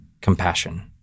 compassion